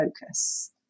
focus